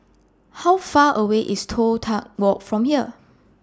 How Far away IS Toh Tuck Walk from here